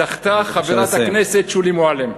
זכתה חברת הכנסת שולי מועלם,